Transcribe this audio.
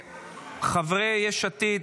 חברי יש עתיד,